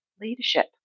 leadership